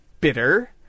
bitter